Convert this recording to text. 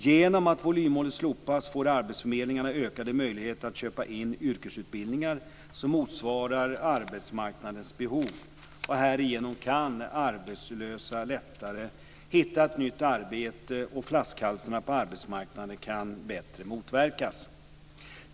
Genom att volymmålet slopats får arbetsförmedlingarna ökade möjligheter att köpa in yrkesutbildningar som motsvarar arbetsmarknadens behov. Härigenom kan arbetslösa lättare hitta ett nytt arbete, och flaskhalsarna på arbetsmarknaden kan bättre motverkas.